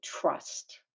trust